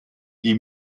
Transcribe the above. die